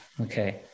Okay